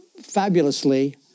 fabulously